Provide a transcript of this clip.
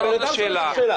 אבל לא ענית על השאלה.